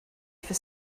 for